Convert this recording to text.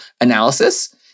analysis